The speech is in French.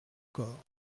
corps